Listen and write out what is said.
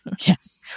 Yes